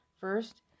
First